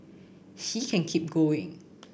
he can keep going